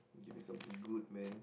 give me something good man